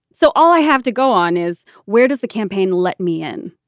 so all i have to go on is where does the campaign let me in?